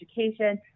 Education